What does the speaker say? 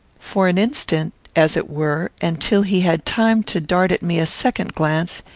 for an instant, as it were, and till he had time to dart at me a second glance,